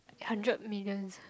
hundred millions